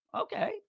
Okay